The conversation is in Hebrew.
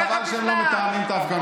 חבל, חבל שהם לא מתאמים את ההפגנות.